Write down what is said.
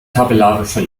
tabellarischer